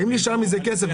אם נשאר מזה כסף,